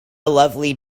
lovely